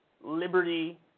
liberty